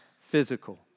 physical